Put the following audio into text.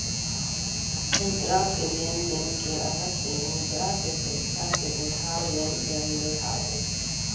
मुद्रा के लेन देन के अरथ हे मुद्रा के पइसा के उधार लेन देन ले हावय